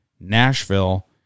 Nashville